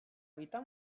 evitar